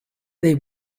they